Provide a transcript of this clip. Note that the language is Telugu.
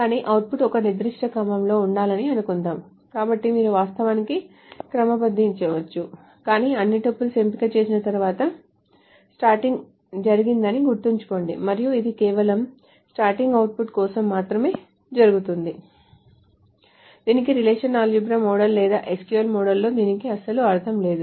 కానీ అవుట్పుట్ ఒక నిర్దిష్ట క్రమంలో ఉండాలని అనుకుందాం కాబట్టి మీరు వాస్తవానికి క్రమబద్ధీకరించవచ్చు కానీ అన్ని టపుల్స్ ఎంపిక చేసిన తర్వాత సార్టింగ్ జరిగిందని గుర్తుంచుకోండి మరియు ఇది కేవలం సార్టింగ్ అవుట్పుట్ కోసం మాత్రమే జరుగుతుంది దీనికి రిలేషనల్ ఆల్జీబ్రా మోడల్ లేదా SQL మోడల్లో దీనికి అసలు అర్ధం లేదు